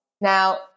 Now